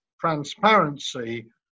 transparency